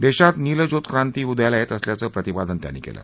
देशात नील ज्योत क्रांती उदयाला येत असल्याचं प्रतिपादन त्यांनी केलं